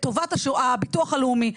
מאגף הביטוח והבריאות,